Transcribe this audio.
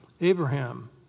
Abraham